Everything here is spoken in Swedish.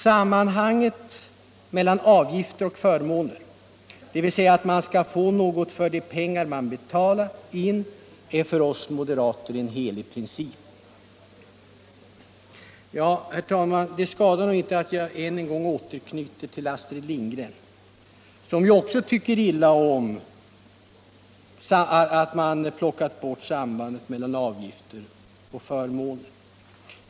Sambandet mellan avgifter och förmåner — dvs. att man skall få något för de pengar man betalat — är för oss moderater en helig princip. Herr talman! Det skadar nog inte att jag än en gång återknyter till Astrid Lindgren, som ju också tycker illa om att man har tagit bort sambandet mellan avgifter och förmåner.